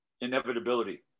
inevitability